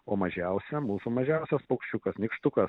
o mažiausią mūsų mažiausias paukščiukas nykštukas